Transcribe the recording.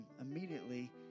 immediately